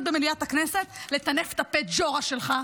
במליאת הכנסת לטנף בפה ג'ורה שלך,